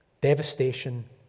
Devastation